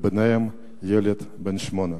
וביניהם ילד בן שמונה.